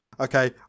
Okay